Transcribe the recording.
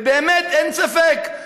ובאמת, אין ספק,